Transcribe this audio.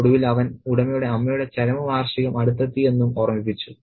ഒടുവിൽ അവൻ ഉടമയുടെ അമ്മയുടെ ചരമവാർഷികം അടുത്തെത്തി എന്നും ഓർമ്മിപ്പിച്ചു